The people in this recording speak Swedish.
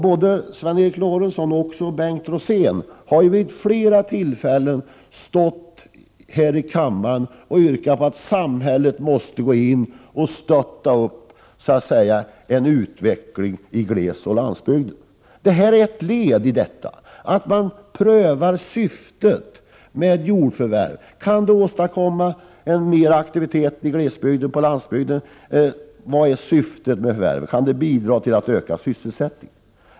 Både Sven Eric Lorentzon och Bengt Rosén har vid flera tillfällen stått här i kammaren och yrkat på att samhället måste gå in och stödja utvecklingen i glesoch landsbygden. Ett led i detta arbete är att man prövar syftet med jordförvärv. Kan förvärvet åstadkomma mer aktivitet på landsbygden? Kan det bidra till att öka sysselsättningen?